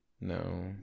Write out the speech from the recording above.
No